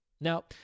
Now